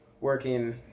working